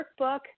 workbook